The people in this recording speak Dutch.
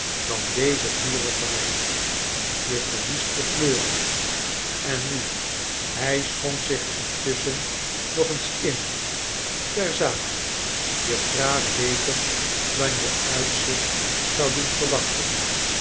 dan deze vurige wijn je verliest je kleur al en nu hij schonk zich intusschen nog eens in ter zake je praat beter dan je uitzicht zou doen verwachten